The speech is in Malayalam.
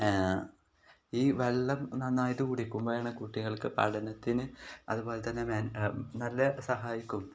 ഈ വെള്ളം നന്നായിട്ട് കൂടിക്കുമ്പോഴാണ് കുട്ടികൾക്ക് പഠനത്തിന് അതു പോലെ തന്നെ നല്ല സഹായിക്കും